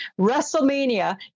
wrestlemania